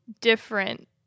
different